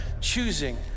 choosing